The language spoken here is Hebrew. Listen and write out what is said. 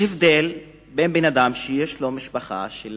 יש הבדל בין בן-אדם שיש לו משפחה של